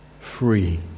free